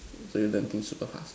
so you learn thing super fast